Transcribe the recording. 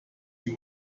sie